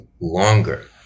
longer